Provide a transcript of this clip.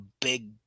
big